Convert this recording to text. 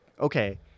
okay